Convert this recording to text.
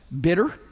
Bitter